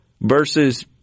versus